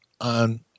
on